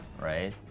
right